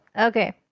okay